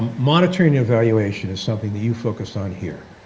monitoring evaluation is something that you focus on here,